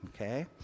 okay